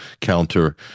counter